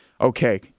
okay